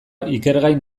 ikergai